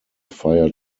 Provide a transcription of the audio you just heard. fire